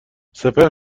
سپهر